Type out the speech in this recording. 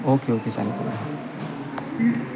okay okay चालेल चालेल